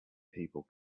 people